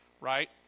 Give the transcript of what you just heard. right